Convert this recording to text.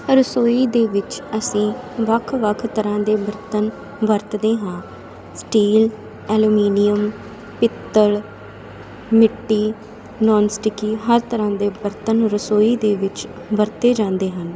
ਰਸੋਈ ਦੇ ਵਿੱਚ ਅਸੀਂ ਵੱਖ ਵੱਖ ਤਰ੍ਹਾਂ ਦੇ ਬਰਤਨ ਵਰਤਦੇ ਹਾਂ ਸਟੀਲ ਐਲੂਮੀਨੀਅਮ ਪਿੱਤਲ ਮਿੱਟੀ ਨੋਨ ਸਟਿਕੀ ਹਰ ਤਰ੍ਹਾਂ ਦੇ ਬਰਤਨ ਰਸੋਈ ਦੇ ਵਿੱਚ ਵਰਤੇ ਜਾਂਦੇ ਹਨ